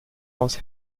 aus